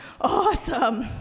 awesome